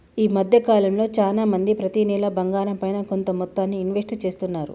ఈ మద్దె కాలంలో చానా మంది ప్రతి నెలా బంగారంపైన కొంత మొత్తాన్ని ఇన్వెస్ట్ చేస్తున్నారు